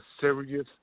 serious